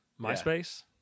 MySpace